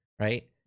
right